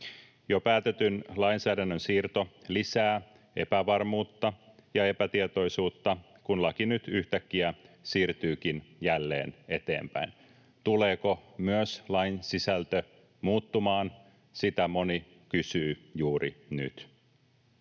Jo päätetyn lainsäädännön siirto lisää epävarmuutta ja epätietoisuutta, kun laki nyt yhtäkkiä siirtyykin jälleen eteenpäin. Tuleeko myös lain sisältö muuttumaan, sitä moni kysyy juuri nyt.